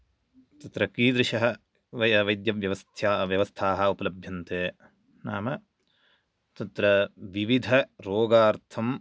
तत्र कीदृश वै वैद्यव्यवस्या व्यवस्था उपलभ्यन्ते नाम तत्र विविधरोगार्थं